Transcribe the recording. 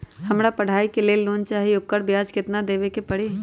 हमरा पढ़ाई के लेल लोन चाहि, ओकर ब्याज केतना दबे के परी?